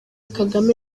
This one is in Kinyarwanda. kagame